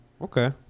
Okay